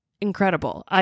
Incredible